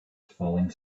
falling